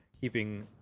keeping